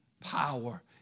power